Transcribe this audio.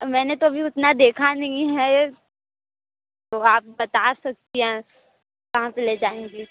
अ मैंने तो अभी उतना देखा नहीं है ये तो आप बता सकती हैं कहाँ पर ले जाएँगी